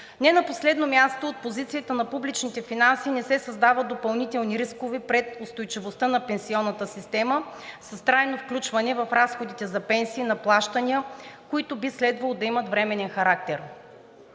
Не на последно място, от позицията на публичните финанси не се създават допълнителни рискове пред устойчивостта на пенсионната система с трайно включване в разходите за пенсии на плащания, които би следвало да имат временен характер.